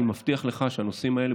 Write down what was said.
אני מבטיח לך שהנושאים האלה,